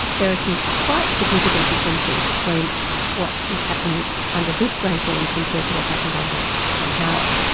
there are some quite significant differences between what is happening under this regime compared to what happened under john howard.